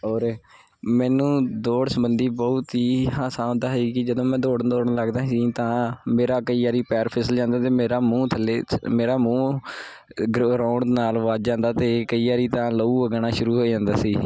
ਔਰ ਮੈਨੂੰ ਦੌੜ ਸਬੰਧੀ ਬਹੁਤ ਹੀ ਆਸਾਨ ਤਾਂ ਹੈ ਹੀ ਕਿ ਜਦੋਂ ਮੈਂ ਦੌੜਨ ਦੌੜਨ ਲੱਗਦਾ ਸੀ ਤਾਂ ਮੇਰਾ ਕਈ ਵਾਰੀ ਪੈਰ ਫਿਸਲ ਜਾਂਦਾ ਅਤੇ ਮੇਰਾ ਮੂੰਹ ਥੱਲੇ ਮੇਰਾ ਮੂੰਹ ਗ ਗਰਾਉਂਡ ਨਾਲ ਵੱਜ ਜਾਂਦਾ ਅਤੇ ਕਈ ਵਾਰੀ ਤਾਂ ਲਹੂ ਵਗਣਾ ਸ਼ੁਰੂ ਹੋ ਜਾਂਦਾ ਸੀ